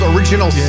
Original